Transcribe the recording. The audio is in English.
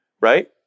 right